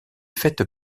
faite